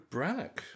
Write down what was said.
Brannock